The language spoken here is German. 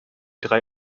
drei